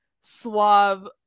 suave